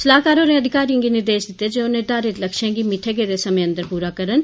सलाहकार होरें अधिकारियें दी निर्देश दिते जे ओह निर्धारित लक्ष्यें गी मित्थे गेदे समें अंदर पूरा करन